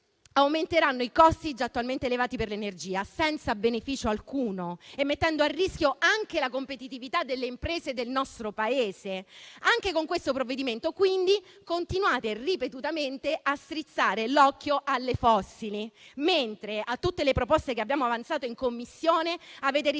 aumenteranno i costi per l'energia, già attualmente elevati, senza beneficio alcuno e mettendo a rischio anche la competitività delle imprese del nostro Paese. Anche con questo provvedimento quindi continuate ripetutamente a strizzare l'occhio alle fossili, mentre a tutte le proposte che abbiamo avanzato in Commissione avete risposto